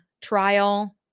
trial